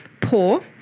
poor